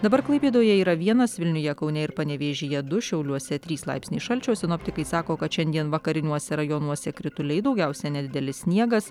dabar klaipėdoje yra vienas vilniuje kaune ir panevėžyje du šiauliuose trys laipsniai šalčio sinoptikai sako kad šiandien vakariniuose rajonuose krituliai daugiausia nedidelis sniegas